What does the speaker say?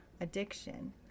addiction